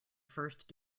first